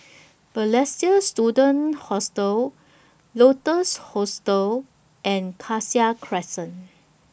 Balestier Student Hostel Lotus Hostel and Cassia Crescent